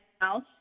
house